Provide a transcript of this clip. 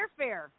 airfare